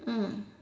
mm